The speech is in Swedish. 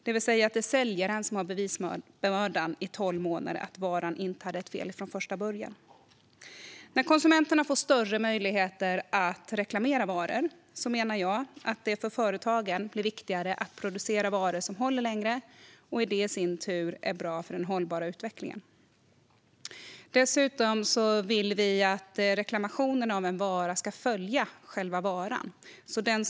Då är det alltså säljaren som har bevisbördan i tolv månader i fråga om att varan inte hade ett fel från första början. När konsumenterna får större möjligheter att reklamera varor menar jag att det för företagen blir viktigare att producera varor som håller längre. Det är i sin tur bra för den hållbara utvecklingen. Dessutom vill vi att rätten att reklamera en vara ska följa själva varan.